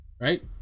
Right